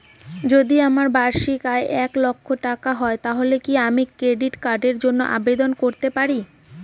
যদি আমার বার্ষিক আয় এক লক্ষ টাকা হয় তাহলে কি আমি ক্রেডিট কার্ডের জন্য আবেদন করতে পারি?